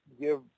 give